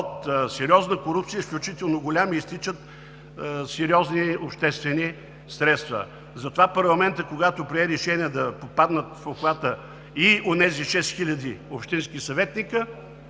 от сериозна корупция е изключително голям и изтичат сериозни обществени средства. Затова парламентът, когато прие решение да попаднат в обхвата и онези шест хиляди общински съветници